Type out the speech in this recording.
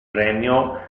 premio